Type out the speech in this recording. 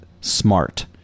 smart